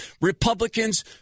Republicans